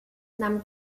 nahm